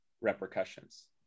repercussions